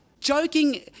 Joking